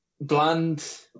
bland